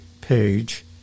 page